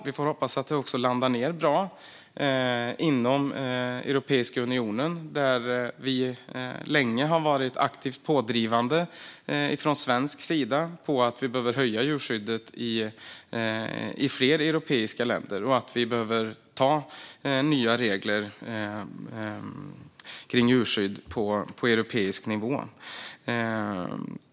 Vi får hoppas att det också landar bra. Vi har från svensk sida länge varit aktivt pådrivande för att nivån på djurskyddet ska höjas i flera europeiska länder och nya regler om djurskydd antas på europeisk nivå.